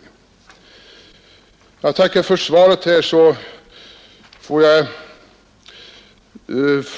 När jag nu tackar för svaret, frågar